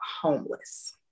homeless